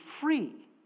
free